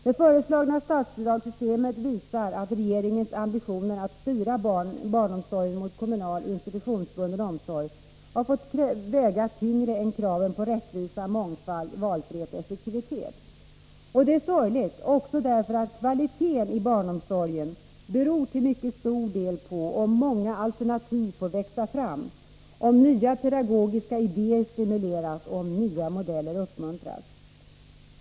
Det föreslagna statsbidragssystemet visar att regeringens ambitioner att styra barnomsorgen mot kommunal institutionsbunden omsorg har fått väga tyngre än kraven på rättvisa, mångfald, valfrihet och effektivitet. Det är sorgligt också därför att kvaliteten i barnomsorgen till mycket stor del beror på om många alternativ får växa fram, om nya pedagogiska idéer stimuleras, om nya modeller uppmuntras.